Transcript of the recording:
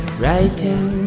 writing